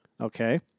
Okay